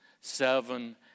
seven